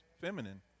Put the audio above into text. feminine